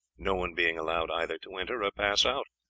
no one being allowed either to enter or pass out.